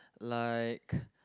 like